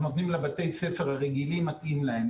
נותנים לבתי הספר הרגילים מתאים להם.